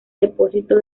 depósito